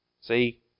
See